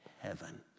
heaven